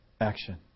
action